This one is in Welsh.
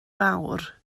fawr